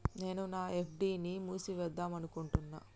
నేను నా ఎఫ్.డి ని మూసివేద్దాంనుకుంటున్న